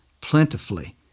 plentifully